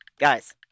Guys